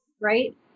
right